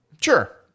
Sure